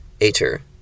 Ater